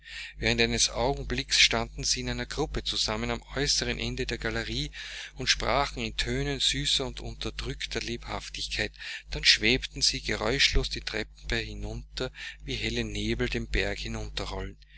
während eines augenblicks standen sie in einer gruppe zusammen am äußersten ende der galerie und sprachen in tönen süßer und unterdrückter lebhaftigkeit dann schwebten sie geräuschlos die treppe hinunter wie helle nebel den berg